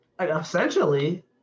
Essentially